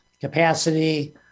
capacity